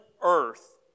earth